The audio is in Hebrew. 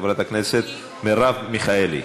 חברת הכנסת מרב מיכאלי,